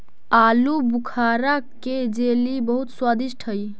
आलूबुखारा के जेली बहुत स्वादिष्ट हई